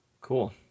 Cool